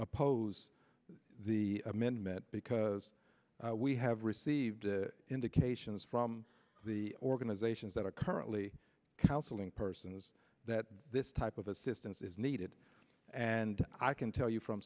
oppose the amendment because we have received indications from the organizations that are currently counseling persons that this type of assistance is needed and i can tell you from